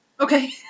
Okay